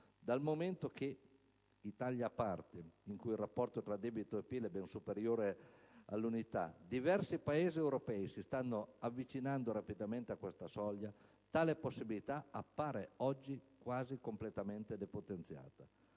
Dal momento che, Italia a parte (in cui il rapporto tra debito e PIL è ben superiore all'unità), diversi Paesi europei si stanno avvicinando rapidamente a questa soglia, tale possibilità appare oggi quasi completamente depotenziata.